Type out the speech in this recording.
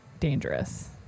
dangerous